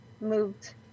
moved